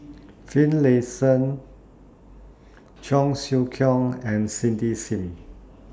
Finlayson Cheong Siew Keong and Cindy SIM